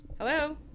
Hello